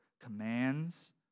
commands